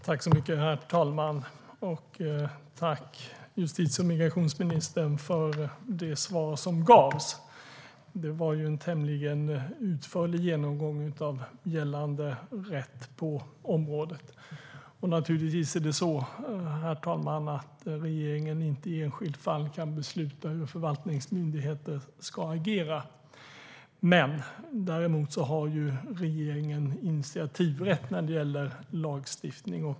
Herr talman! Tack, justitie och migrationsministern, för det svar som gavs! Det var en tämligen utförlig genomgång av gällande rätt på området. Naturligtvis kan inte regeringen i enskilt fall besluta hur förvaltningsmyndigheter ska agera, men däremot har regeringen initiativrätt när det gäller lagstiftning.